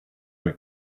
our